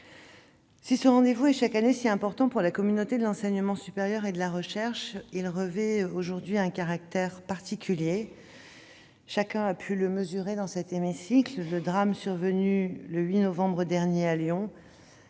Si ce rendez-vous est chaque année si important pour la communauté de l'enseignement supérieur et de la recherche, il revêt aujourd'hui un caractère particulier, chacun a pu le mesurer dans cet hémicycle. Le drame survenu le 8 novembre dernier à Lyon